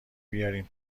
بیارین